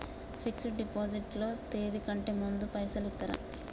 Fix డ్ deposit లో తేది కంటే ముందే పైసలు ఇత్తరా?